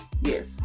yes